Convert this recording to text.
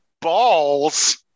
Balls